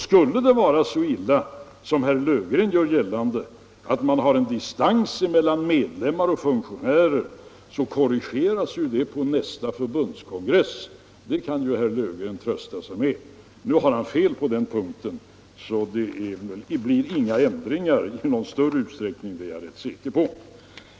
Skulle det vara så illa som herr Löfgren gör gällande, att man har en distans mellan medlemmar och funktionärer, så korrigeras det på nästa förbundskongress —- det kan ju herr Löfgren trösta sig med. Nu har han fel på den punkten, så det blir inte förändringar i någon större utsträckning — det är jag rätt säker på.